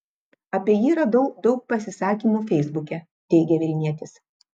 apie jį radau daug pasisakymų feisbuke teigė vilnietis